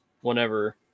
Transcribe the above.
whenever